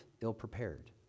ill-prepared